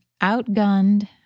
outgunned